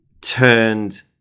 turned